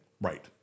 Right